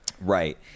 right